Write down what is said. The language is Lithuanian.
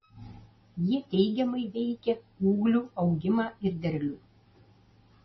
jie teigiamai veikia ūglių augimą ir derlių